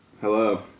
Hello